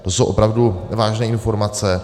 To jsou opravdu vážné informace.